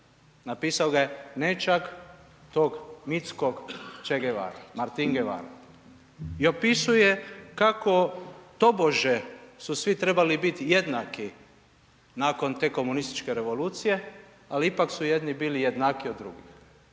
se ne razumije./... Che Guevara, Martin Guevara. I opisuje kako tobože su svi trebali biti jednaki nakon te komunističke revolucije ali ipak su jedni bili jednakiji od drugih.